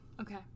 Okay